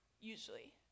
usually